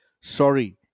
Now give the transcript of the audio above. sorry